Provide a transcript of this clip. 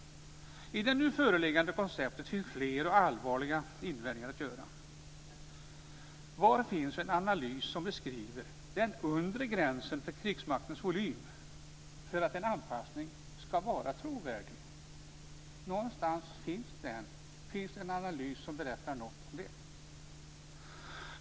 I det nu föreliggande konceptet finns det fler och allvarligare invändningar att göra. Var finns en analys som beskriver den under gränsen för krigsmaktens volym för att en anpassning skall vara trovärdig? Någonstans finns en analys som berättar något om det.